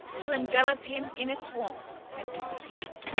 to envelop him in its warmth, had disappeared.